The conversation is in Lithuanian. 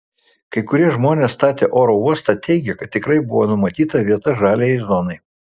kai kurie žmonės statę oro uostą teigė kad tikrai buvo numatyta vieta žaliajai zonai